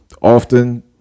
often